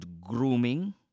grooming